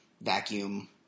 vacuum